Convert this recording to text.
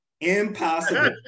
Impossible